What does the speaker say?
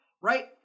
right